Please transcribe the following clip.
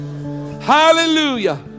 hallelujah